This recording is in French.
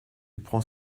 prend